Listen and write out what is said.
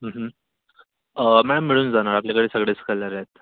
madam मिळून जाणार आपल्याकडे सगळेच कलर आहेत